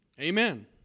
Amen